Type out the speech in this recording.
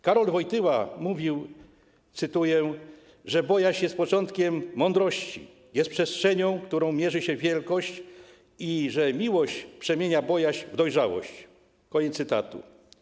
Karol Wojtyła mówił, cytuję, że bojaźń jest początkiem mądrości, jest przestrzenią, którą mierzy się wielkość, i że miłość przemienia bojaźń w dojrzałość - koniec cytatu.